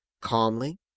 calmly